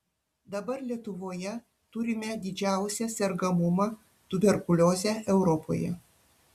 dabar lietuvoje turime didžiausią sergamumą tuberkulioze europoje